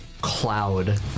cloud